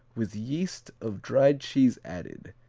with yeast of dried cheese added,